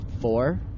four